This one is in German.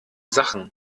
sachen